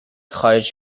خارج